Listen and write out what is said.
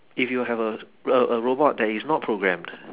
if you have a a a robot that is not programmed